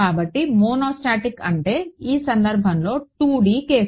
కాబట్టి మోనోస్టాటిక్ అంటే ఈ సంధర్భంలో 2D కేస్